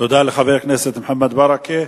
תודה לחבר הכנסת מוחמד ברכה.